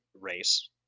race